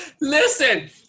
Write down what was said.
Listen